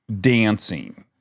dancing